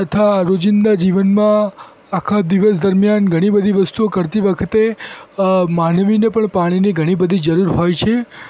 તથા રોજિંદા જીવનમાં આખા દિવસ દરમ્યાન ઘણી બધી વસ્તુઓ કરતી વખતે માનવીને પણ પાણીની ઘણી બધી જરૂર હોય છે